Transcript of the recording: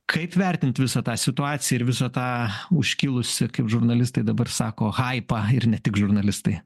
kaip vertint visą tą situaciją ir visą tą užkilusį kaip žurnalistai dabar sako haipą ir ne tik žurnalistai